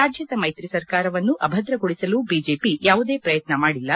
ರಾಜ್ಯದ ಮೈತ್ರಿ ಸರ್ಕಾರವನ್ನು ಅಭದ್ರಗೊಳಿಸಲು ಬಿಜೆಪಿ ಯಾವುದೇ ಪ್ರಯತ್ನ ಮಾಡಿಲ್ಲ